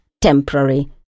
temporary